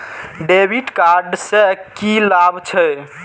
डेविट कार्ड से की लाभ छै?